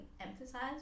emphasize